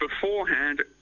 beforehand